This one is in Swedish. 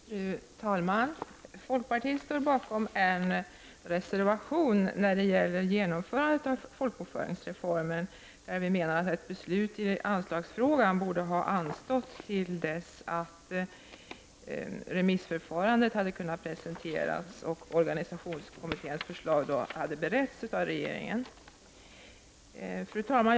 Fru talman! Folkpartiet står bakom en reservation när det gäller genomförandet av folkbokföringsreformen. Vi menar att beslut i anslagsfrågan borde ha anstått till dess att remissvaren hade kunnat presenteras och organisationskommitténs förslag hade beretts av regeringen.